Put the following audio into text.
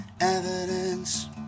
Evidence